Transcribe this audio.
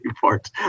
parts